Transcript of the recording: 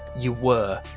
you were.